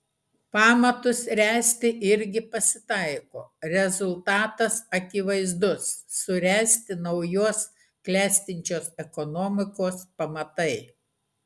pamatus ręsti irgi pasitaiko rezultatas akivaizdus suręsti naujos klestinčios ekonomikos pamatai